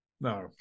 No